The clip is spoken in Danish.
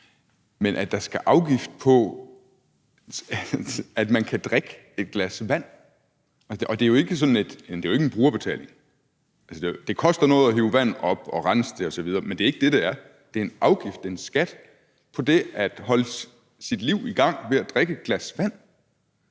på, at der skal afgift på, at man kan drikke et glas vand? Og det er jo ikke en brugerbetaling. Altså, det koster noget at hive vandet op og rense det osv., men det er ikke det, det gælder. Det er en afgift, en skat på det at holde sit liv i gang ved at drikke et glas vand.